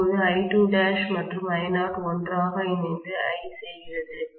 இப்போது I2' மற்றும் I0 ஒன்றாகஇணைந்து I செய்கிறது